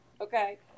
Okay